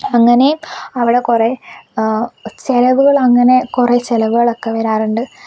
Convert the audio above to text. അങ്ങനെ അവിടെ കുറെ ചിലവുകൾ അങ്ങനെ കുറെ ചിലവുകൾ ഒക്കെ വരാറുണ്ട്